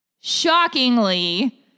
Shockingly